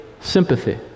Sympathy